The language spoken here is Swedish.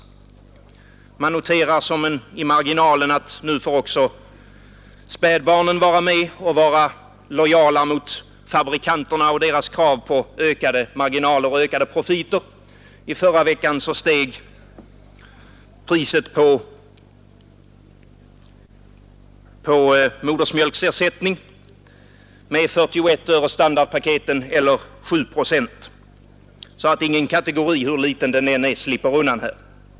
Man noterar i marginalen att nu också spädbarnen får vara med och vara lojala mot fabrikanterna och deras krav på ökade profiter. I förra veckan steg priset på modersmjölksersättning med 41 öre för ett standardpaket, eller 7 procent. Ingen kategori, hur liten den än är, slipper undan.